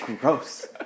Gross